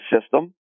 system